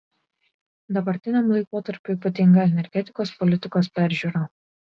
dabartiniam laikotarpiui būdinga energetikos politikos peržiūra